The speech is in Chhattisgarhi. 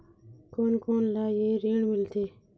कोन कोन ला ये ऋण मिलथे?